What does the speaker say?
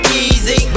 easy